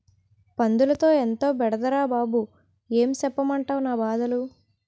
పందులతో ఎంతో బెడదరా బాబూ ఏం సెప్పమంటవ్ నా బాధలు